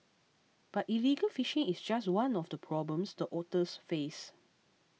but illegal fishing is just one of the problems the otters face